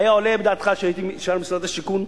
היה עולה בדעתך שאם הייתי נשאר במשרד השיכון,